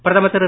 பிரதமர் திரு